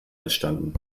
entstanden